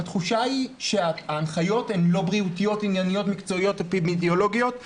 התחושה היא שההנחיות לא בריאותיות ענייניות מקצועיות אפידמיולוגיות,